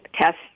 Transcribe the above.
tests